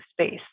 space